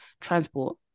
transport